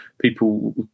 people